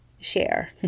share